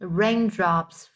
raindrops